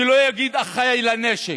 שלא יגיד: אחיי לנשק,